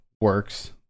works